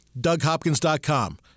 DougHopkins.com